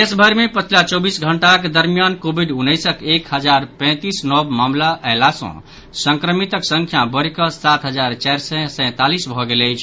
देशभरि मे पछिला चौबीस घंटाक दरमियान कोविड उन्नैसक एक हजार पैंतीस नव मामिला अयला सँ संक्रमितक संख्या बढ़ि कऽ सात हजार चारि सय सँतालीस भऽ गेल अछि